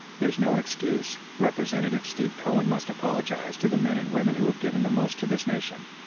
there's no excuse, rep. steve cohen must apologize to the men and women who have given the most to this nation.